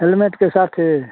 हेलमेटके साथे